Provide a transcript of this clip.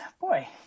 boy